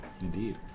Indeed